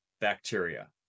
bacteria